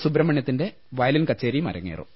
സുബ്രഹ്മണ്യ ത്തിന്റെ വയലിൻ കച്ചേരിയും അരങ്ങേറും